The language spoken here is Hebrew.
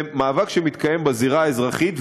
זה מאבק שמתקיים בזירה האזרחית,